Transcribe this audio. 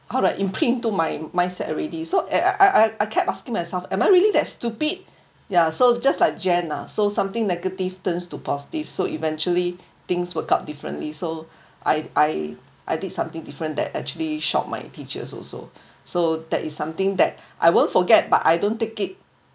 imprint to my mindset already so I I I kept asking myself am I really that stupid ya so just like jen lah so something negative turns to positive so eventually things workout out differently so I I I did something different that actually shout my teachers also so that is something that I won't forget but I don't take it